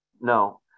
No